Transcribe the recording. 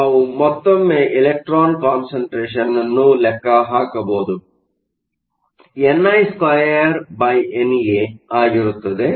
ನಾವು ಮತ್ತೊಮ್ಮೆ ಎಲೆಕ್ಟ್ರಾನ್ ಕಾನ್ಸಂಟ್ರೇಷನ್ನ್ನು ಲೆಕ್ಕ ಹಾಕಬಹುದು ಅದು ni2NA ಆಗಿರುತ್ತದೆ